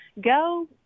go